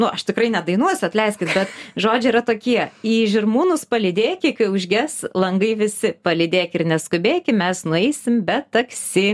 nu aš tikrai nedainuosiu atleiskit be žodžiai yra tokie į žirmūnus palydėki kai užges langai visi palydėk ir neskubėkim mes nueisim be taksi